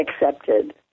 accepted